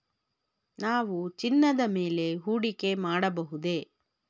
ನಾವು ಚಿನ್ನದ ಮೇಲೆ ಹೂಡಿಕೆ ಮಾಡಬಹುದೇ?